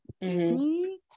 Disney